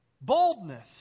boldness